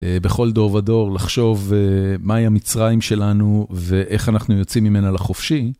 בכל דור ודור לחשוב מהי המצרים שלנו ואיך אנחנו יוצאים ממנה לחופשי.